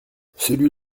celui